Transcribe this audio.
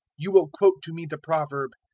you will quote to me the proverb,